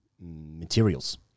materials